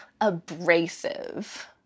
abrasive